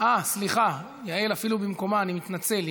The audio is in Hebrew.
סליחה, יעל אפילו במקומה, אני מתנצל.